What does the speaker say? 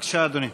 בבקשה, אדוני.